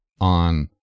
on